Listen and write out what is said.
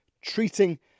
treating